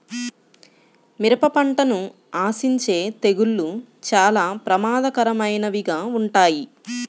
మిరప పంటను ఆశించే తెగుళ్ళు చాలా ప్రమాదకరమైనవిగా ఉంటాయి